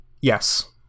Yes